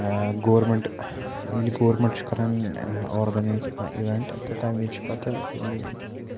government ییٚلہِ government چھُ کَران آرگنایِز کانٛہہ اِوٮ۪نٛٹ تہٕ تَمہِ وِزِ چھِ پَتہٕ یِمَن